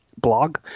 blog